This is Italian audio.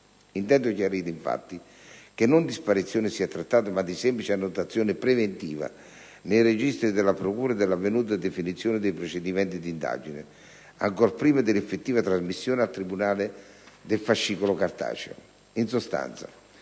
Intendo chiarire, infatti, che non di sparizione si è trattato, ma di semplice annotazione preventiva nei registri della procura dell'avvenuta definizione dei procedimenti di indagine, ancor prima dell'effettiva trasmissione al tribunale del fascicolo cartaceo.